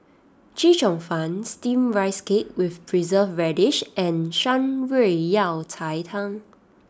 Chee Cheong Fun Steamed Rice Cake with Preserved Radish and Shan Rui Yao Cai Tang